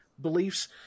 beliefs